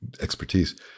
expertise